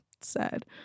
Sad